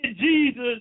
Jesus